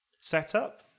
setup